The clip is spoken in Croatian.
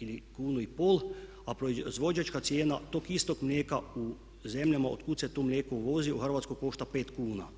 ili kunu i pol a proizvođačka cijena tog istog mlijeka u zemljama od kud se to mlijeko uvozi u Hrvatsku košta 5 kuna.